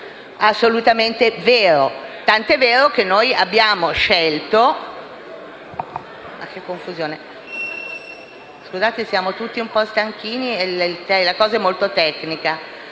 assolutamente vero, tant'è vero che abbiamo scelto